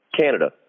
Canada